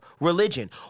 religion